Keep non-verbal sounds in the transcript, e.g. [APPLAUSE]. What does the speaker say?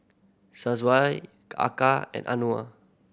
[UNINTELLIGIBLE] Eka and Anuar